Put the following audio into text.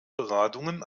beratungen